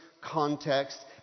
context